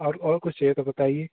और और कुछ चाहिए तो बताइए